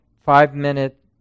five-minute